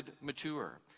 mature